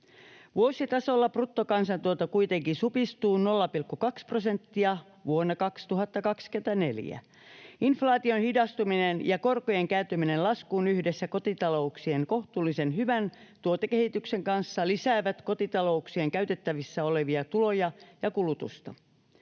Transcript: Vuositasolla bruttokansantuote kuitenkin supistuu 0,2 prosenttia vuonna 2024. Inflaation hidastuminen ja korkojen kääntyminen laskuun yhdessä kotitalouksien kohtuullisen hyvän tulokehityksen kanssa lisäävät kotitalouksien käytettävissä olevia tuloja ja kulutusta.